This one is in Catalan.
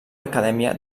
acadèmia